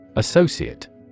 Associate